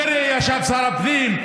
דרעי היה שר הפנים.